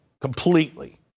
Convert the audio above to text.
completely